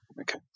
Okay